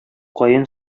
каен